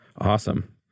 Awesome